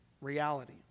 reality